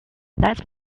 let